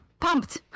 pumped